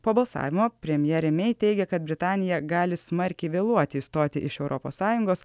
po balsavimo premjerė mei teigia kad britanija gali smarkiai vėluoti išstoti iš europos sąjungos